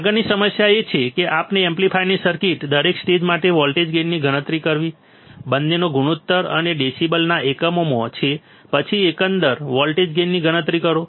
આગળની સમસ્યા એ છે કે આ એમ્પ્લીફાયરની સર્કિટના દરેક સ્ટેજ માટે વોલ્ટેજ ગેઇનની ગણતરી કરવી બંનેનો ગુણોત્તર અને ડેસિબલના એકમોમાં છે પછી એકંદર વોલ્ટેજ ગેઇનની ગણતરી કરો